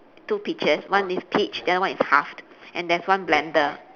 two peaches one is peach the other one is halved and there's one blender